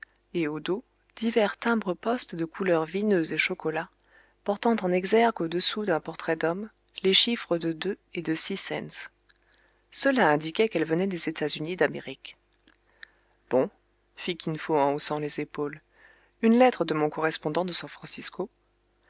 et au dos divers timbres poste de couleur vineuse et chocolat portant en exergue au-dessous d'un portrait d'homme les chiffres de deux et de six cents cela indiquait qu'elle venait des états-unis d'amérique bon fit kin fo en haussant les épaules une lettre de mon correspondant de san francisco